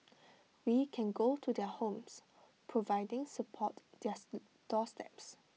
we can go to their homes providing support their doorsteps